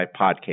podcast